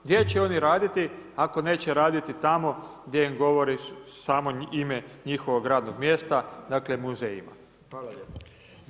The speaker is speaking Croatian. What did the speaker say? Gdje će oni raditi ako neće raditi tamo gdje im govori samo ime njihovog radnog mjesta, dakle muzejima.